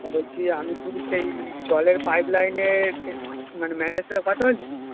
হ্যাঁ বলছি আমি কি সেই জলের পাইপ লাইনের মানে ম্যানেজারের সাথে কথা বলছি